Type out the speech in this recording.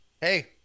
Hey